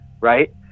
right